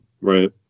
right